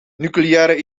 nucleaire